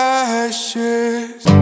ashes